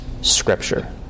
scripture